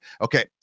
Okay